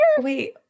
wait